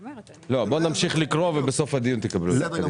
בואו נמשיך לקרוא ובסוף הדיון תקבלו את זה.